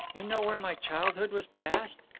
you know where my childhood was passed?